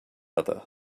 other